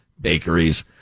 bakeries